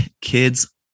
kids